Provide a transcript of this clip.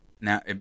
now